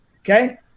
okay